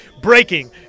Breaking